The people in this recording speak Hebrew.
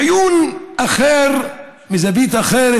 מעיון אחר, מזווית אחרת,